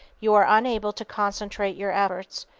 you are unable to concentrate your efforts,